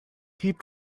keep